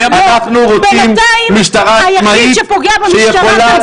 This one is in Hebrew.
בינתיים היחיד שפוגע במשטרה זה אתה.